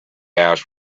ash